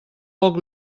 poc